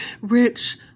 rich